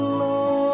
love